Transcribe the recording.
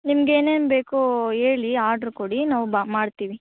ನಿಮಗೆ ಏನು ಏನು ಬೇಕೋ ಹೇಳಿ ಆರ್ಡರ್ ಕೊಡಿ ನಾವು ಮಾಡ್ತೀವಿ